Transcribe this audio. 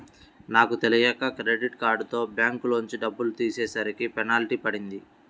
నాకు తెలియక క్రెడిట్ కార్డుతో బ్యాంకులోంచి డబ్బులు తీసేసరికి పెనాల్టీ పడింది